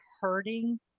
hurting